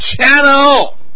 channel